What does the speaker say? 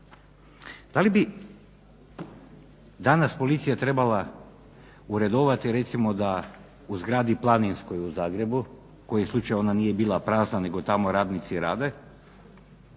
da li bi danas policija trebala uredovati recimo da u zgradi Planinskoj u Zagrebu kojim slučajem ona nije bila prazna nego radnici tamo